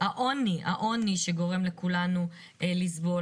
העוני שגורם לכולנו לסבול,